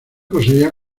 poseía